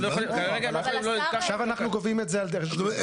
הם לא יכולים כרגע --- עכשיו אנחנו גובים את זה על --- זאת אומרת,